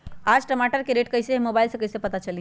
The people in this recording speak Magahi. आज टमाटर के रेट कईसे हैं मोबाईल से कईसे पता चली?